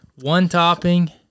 one-topping